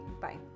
Bye